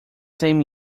same